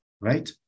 Right